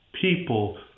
people